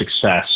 success